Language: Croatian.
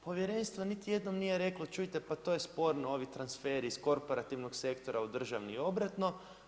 Povjerenstvo niti jednom nije reklo čujte, pa to je sporno ovi transferi iz korporativnog sektora u državni i obratno.